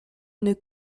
une